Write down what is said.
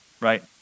right